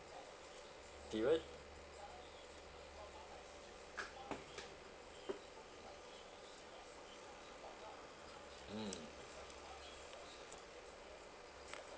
period mm